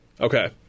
Okay